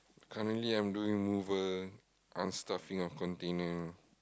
currently I am doing mover unstuffing of container